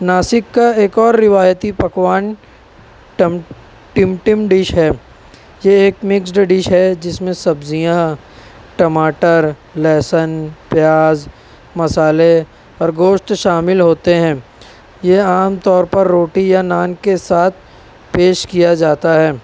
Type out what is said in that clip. ناسک کا ایک اور روایتی پکوان ٹم ٹمٹم ڈش ہے یہ ایک مکسڈ ڈش ہے جس میں سبزیاں ٹماٹر لہسن پیاز مصالحے اور گوشت شامل ہوتے ہیں یہ عام طور پر روٹی یا نان کے ساتھ پیش کیا جاتا ہے